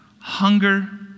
hunger